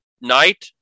night